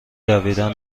دویدن